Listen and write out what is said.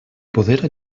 poder